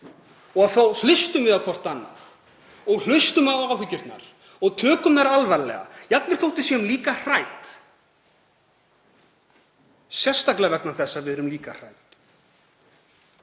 okkur og hlustum hvert á annað, hlustum á áhyggjurnar og tökum þær alvarlega, jafnvel þótt við séum líka hrædd og sérstaklega vegna þess að við erum líka hrædd.